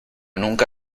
nunca